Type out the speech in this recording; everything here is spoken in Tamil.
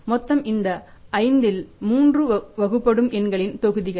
மொத்தம் இந்த 5 இல் 3 வகுபடும் எண்களின் தொகுதிகள்